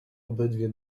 obydwie